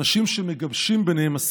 אנשים שמגבשים ביניהם הסכמות.